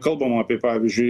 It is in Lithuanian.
kalbam apie pavyzdžiui